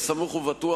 היה סמוך ובטוח,